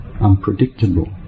unpredictable